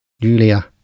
Julia